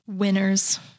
Winners